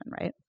right